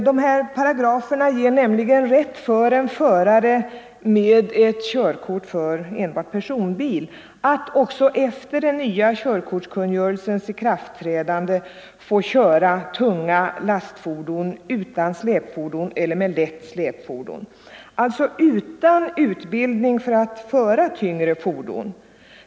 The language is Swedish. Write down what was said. De här paragraferna ger nämligen rätt för en förare med körkort för enbart personbil att också efter den nya körkortskungörelsens ikraftträdande få köra tunga lastfordon utan släpfordon eller med lätt släpfordon — alltså utan utbildning för att föra tyngre fordon.